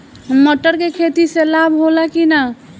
मटर के खेती से लाभ होला कि न?